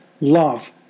love